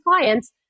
clients